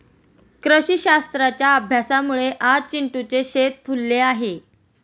कृषीशास्त्राच्या अभ्यासामुळे आज चिंटूचे शेत फुलले आहे